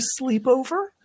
sleepover